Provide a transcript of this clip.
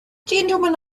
gentlemen